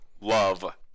love